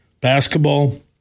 basketball